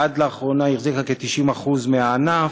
עד לאחרונה הוא החזיק בכ-90% מהענף.